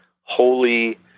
holy